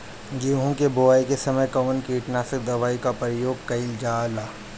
गेहूं के बोआई के समय कवन किटनाशक दवाई का प्रयोग कइल जा ला?